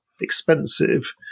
expensive